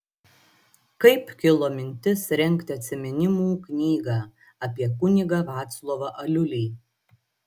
kaip kilo mintis rengti atsiminimų knygą apie kunigą vaclovą aliulį